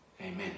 Amen